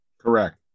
Correct